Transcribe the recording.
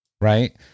Right